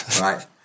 right